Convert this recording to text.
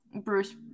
bruce